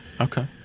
okay